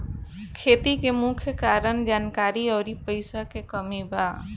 खेती के मुख्य कारन जानकारी अउरी पईसा के कमी बा